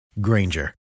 Granger